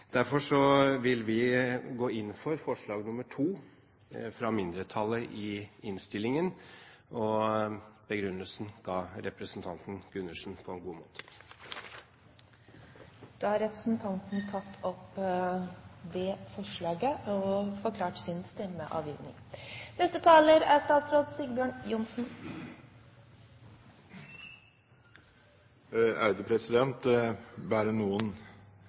vil vi gå inn for forslag nr. 2, fra mindretallet i innstillingen, og begrunnelsen ga representanten Gundersen på en god måte. Bare noen kommentarer. Jeg synes det er bra at de forslag som er